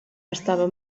estava